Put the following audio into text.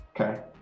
Okay